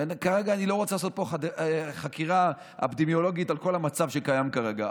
ואני לא רוצה לעשות פה חקירה אפידמיולוגית על כל המצב שקיים כרגע,